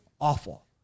awful